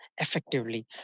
effectively